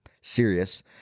serious